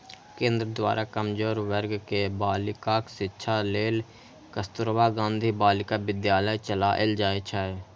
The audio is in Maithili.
केंद्र द्वारा कमजोर वर्ग के बालिकाक शिक्षा लेल कस्तुरबा गांधी बालिका विद्यालय चलाएल जाइ छै